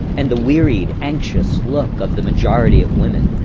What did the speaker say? and the wearied, anxious look of the majority of women,